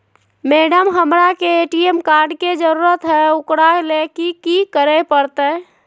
Madam, हमरा के ATM card के जरूरत है ऊकरा ले की की करे परते?